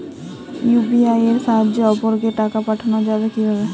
UPI এর সাহায্যে অপরকে টাকা পাঠানো যাবে কিভাবে?